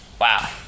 wow